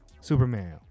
Superman